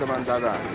um and